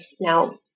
now